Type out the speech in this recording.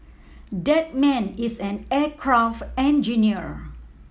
that man is an aircraft engineer